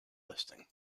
listing